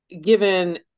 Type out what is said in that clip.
given